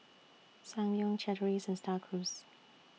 Ssangyong Chateraise STAR Cruise